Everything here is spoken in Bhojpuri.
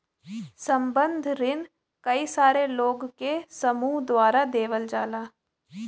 संबंद्ध रिन कई सारे लोग के समूह द्वारा देवल जाला